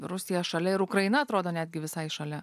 rusija šalia ir ukraina atrodo netgi visai šalia